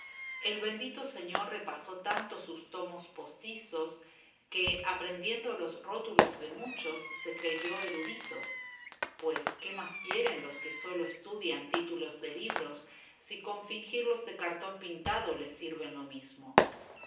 el bendito señor repasó tanto sus tomos postizos que aprendiendo los rótulos de muchos se creyó erudito pues qué más quieren los que sólo estudian títulos de libros si con fingirlos de cartón